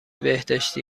بهداشتی